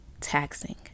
taxing